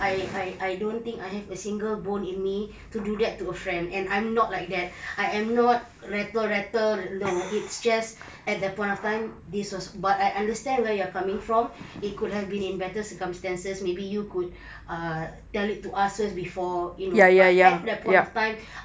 I I I don't think I have a single bone in me to do that to a friend and I'm not like that I am not rattle rattle no it's just at that point of time this was but I understand where you're coming from it could have been in better circumstances maybe you could ah tell it to us first before you know but at that point of time